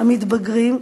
המתבגרים.